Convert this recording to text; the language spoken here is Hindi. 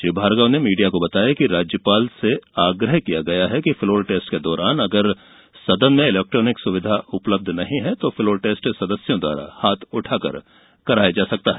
श्री भार्गव ने मीडिया को बताया कि राज्यपाल से आग्रह किया गया कि फलोर टेस्ट के दौरान अगर सदन में इलेक्ट्रानिक सुविधा ठीक नहीं है तो फ़लोर टेस्ट सदस्यों द्वारा हाथ उठाकर कराया जा सकता है